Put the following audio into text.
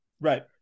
Right